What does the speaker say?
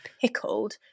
pickled